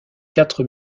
quatre